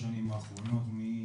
וזה מהיום הראשון,